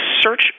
search